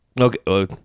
Okay